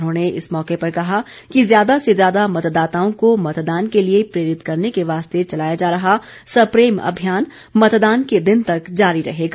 उन्होंने इस मौके पर कहा कि ज्यादा से ज्यादा मतदाताओं को मतदान के लिए प्रेरित करने के वास्ते चलाया जा रहा सप्रेम अभियान मतदान के दिन तक जारी रहेगा